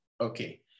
okay